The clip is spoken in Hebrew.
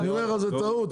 אני אומר לך, זו טעות.